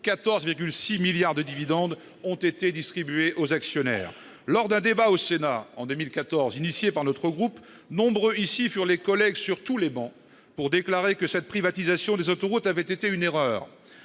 14,6 milliards de dividendes ont été distribués aux actionnaires. Lors d'un débat au Sénat en 2014, sur l'initiative de notre groupe, nombreux ici furent les collègues sur toutes les travées à déclarer que la privatisation des autoroutes avait été une erreur.